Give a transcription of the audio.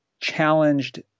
Challenged